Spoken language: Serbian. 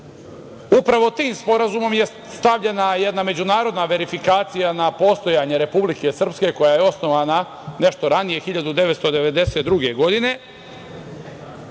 Upravo tim sporazumom je stavljena i jedna međunarodna verifikacija na postojanje Republike Srpske, koja je osnovana nešto ranije 1992. godine